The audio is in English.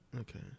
Okay